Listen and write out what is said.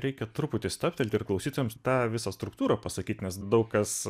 reikia truputį stabtelti ir klausytojams tą visą struktūrą pasakyt nes daug kas